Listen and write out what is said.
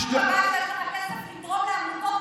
למסד את השחיתות שלך,